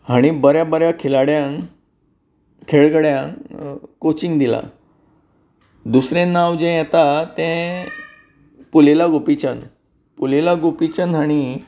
हाणे बऱ्या बऱ्या खिलाड्यांक खेळगड्यांक कोचिंग दिलां दुसरे नांव जे येता ते पुलेला गोपीचंद पुलेला गोपीचंद हाणी